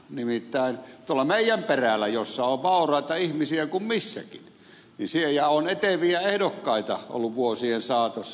nimittäin tuolla meidän perällä jossa on vauraita ihmisiä kuin missäkin on eteviä ehdokkaita ollut vuosien saatossa